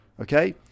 okay